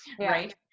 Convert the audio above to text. Right